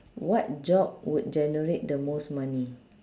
what job would generate the most money